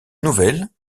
nouvelle